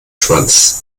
schwanz